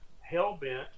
hell-bent